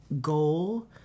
goal